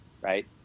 right